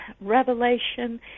revelation